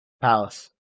Palace